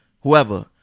whoever